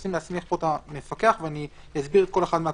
רוצים להסמיך את המפקח ואני אסביר כל אחד מהפרטים.